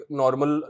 normal